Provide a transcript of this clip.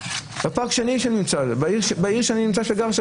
לפארק בעיר שאני גר בה,